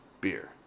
beer